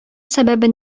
сәбәбе